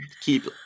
Keep